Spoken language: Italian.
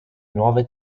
nuove